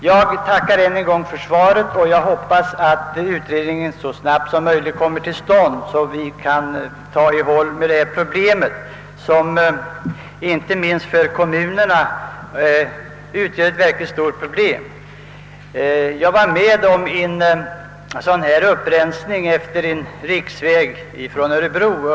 Jag tackar än en gång för svaret och hoppas att utredningen så snabbt som möjligt kommer till stånd, så att vi kan ta itu med denna nedskräpning som inte minst för kommunerna utgör ett verkligt stort problem. Jag var under våren med om en upprensning utefter en av riksvägarna från Örebro.